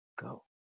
Go